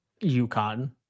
UConn